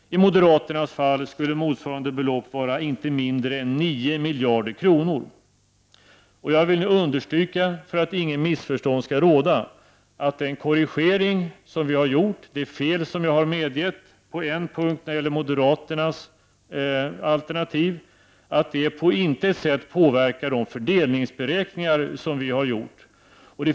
I moderaternas fall skulle motsvarande belopp vara inte mindre än 9 miljarder kronor. Jag vill understryka — för att inget missförstånd skall råda — att den korrigering som vi har gjort, det fel som jag har medgett, på en punkt när det gäller moderaternas alternativ på intet sätt påverkar de fördelningsberäkningar som vi har gjort.